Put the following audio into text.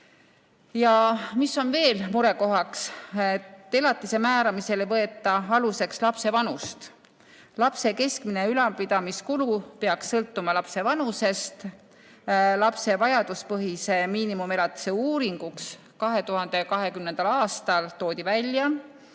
mis on veel murekohaks: elatise määramisel ei võeta aluseks lapse vanust. Keskmine lapse ülalpidamise kulu peaks sõltuma lapse vanusest. Lapse vajaduspõhise miinimumelatise uuringus 2020. aastal toodi välja,